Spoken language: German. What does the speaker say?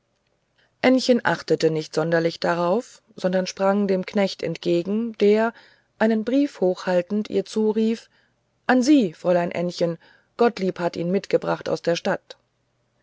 ännchen achtete nicht sonderlich darauf sondern sprang dem knecht entgegen der einen brief hoch emporhaltend ihr zurief an sie fräulein ännchen gottlieb hat ihn mitgebracht aus der stadt